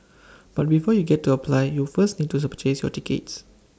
but before you get to apply you first need to sir purchase your tickets